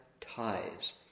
ties